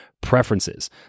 preferences